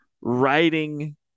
writing